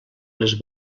les